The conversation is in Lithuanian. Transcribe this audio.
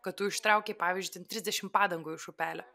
kad tu ištraukei pavyzdžiui ten trisdešim padangų iš upelio